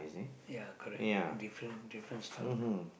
ya correct different different style